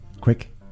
Quick